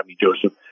Joseph